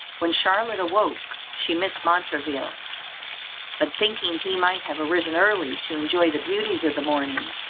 when charlotte awoke, she missed montraville but thinking he might have arisen early to enjoy the beauties of the morning,